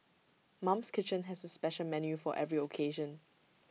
mum's kitchen has A special menu for every occasion